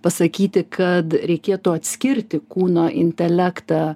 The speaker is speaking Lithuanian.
pasakyti kad reikėtų atskirti kūno intelektą